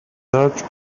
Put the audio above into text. large